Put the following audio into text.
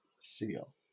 seal